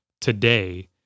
today